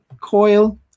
coil